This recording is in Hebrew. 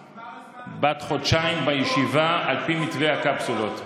ארוכה בת חודשיים בישיבה על פי מתווה הקפסולות.